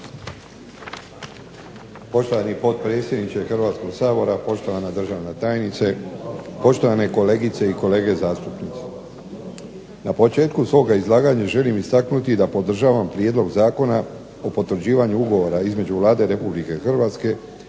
Poštovani potpredsjedniče Hrvatskog sabora, poštovana državna tajnice, poštovane kolegice i kolege zastupnici. Na početku svog izlaganja želim istaknuti da podržavam prijedlog Zakona o potvrđivanju ugovora između Vlade RH i Vlade